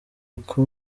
uko